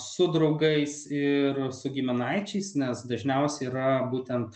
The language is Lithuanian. su draugais ir su giminaičiais nes dažniausiai yra būtent